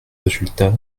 résultats